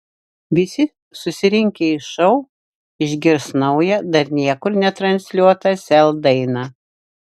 visi susirinkę į šou išgirs naują dar niekur netransliuotą sel dainą